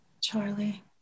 Charlie